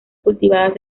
cultivadas